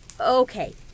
Okay